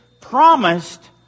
promised